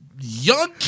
Young